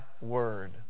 word